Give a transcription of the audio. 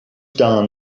done